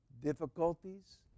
Difficulties